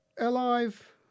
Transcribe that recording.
Alive